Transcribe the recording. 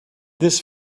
this